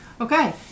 Okay